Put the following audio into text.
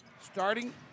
Starting